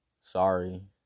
sorry